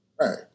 Right